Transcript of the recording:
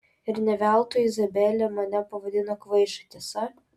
ir ne veltui izabelė mane pavadino kvaiša tiesa